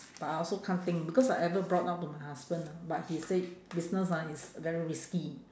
but I also can't think because I ever brought up to my husband ah but he said business ah is very risky